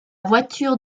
voiture